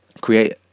create